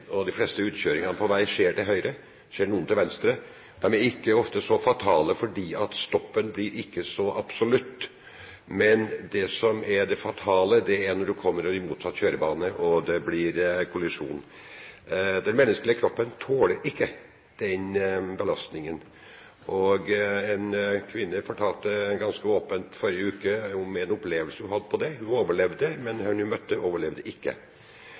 De fleste utkjøringer på vei skjer til høyre. Det skjer noen til venstre. De er ofte ikke så fatale fordi stoppen ikke blir så absolutt. Men det som er det fatale, er når du kommer over i motsatt kjørebane og det blir kollisjon. Den menneskelige kroppen tåler ikke den belastningen. En kvinne fortalte ganske åpent forrige uke om en opplevelse hun hadde om det. Hun overlevde, men den hun møtte, overlevde ikke.